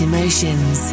Emotions